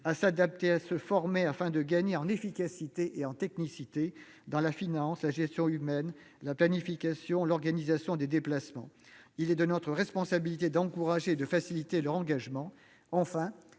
à s'adapter, à se former, afin de gagner en efficacité et en technicité dans la finance, la gestion humaine, la planification ou l'organisation des déplacements. Il est de notre responsabilité d'encourager et de faciliter leur engagement.